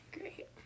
great